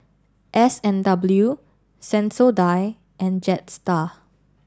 S and W Sensodyne and Jetstar